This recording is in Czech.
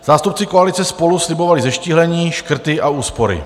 Zástupci koalice SPOLU slibovali zeštíhlení, škrty a úspory.